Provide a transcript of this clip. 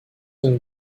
and